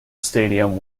stadium